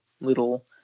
little